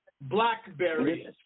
Blackberry